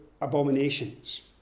abominations